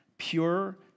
Pure